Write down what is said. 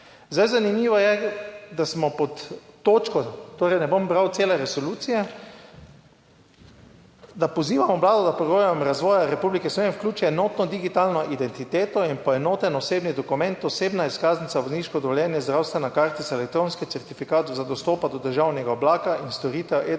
Zdaj, zanimivo je, da smo pod točko, torej, ne bom bral cele resolucije, da pozivamo Vlado, da program razvoja Republike Slovenije vključi enotno digitalno identiteto in poenoten osebni dokument osebna izkaznica, vozniško dovoljenje, zdravstvena kartica, elektronski certifikat za dostopa do državnega oblaka in storitev e-države